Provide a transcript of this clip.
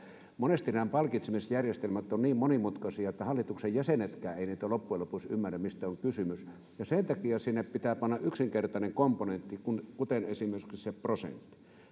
monesti palkitsemisjärjestelmät ovat niin monimutkaisia että hallituksen jäsenetkään eivät loppujen lopuksi ymmärrä mistä on kysymys sen takia sinne pitää panna yksinkertainen komponentti kuten esimerkiksi se